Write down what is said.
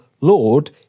Lord